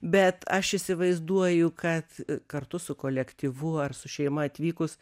bet aš įsivaizduoju kad kartu su kolektyvu ar su šeima atvykus